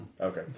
Okay